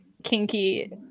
kinky